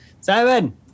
Simon